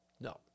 No